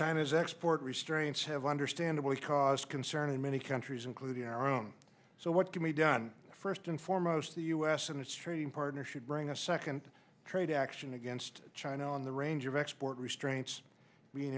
china's export restraints have understandably caused concern in many countries including our own so what can be done first and foremost the u s and its trading partner should bring a second trade action against china on the range of export restraints